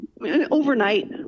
overnight